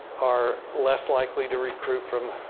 are less likely to recruit from,